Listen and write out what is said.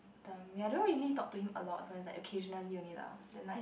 ya i don't really talk to him a lot so it's like occasionally only lah then like